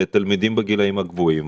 לתלמידים בגילים הגבוהים.